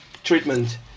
treatment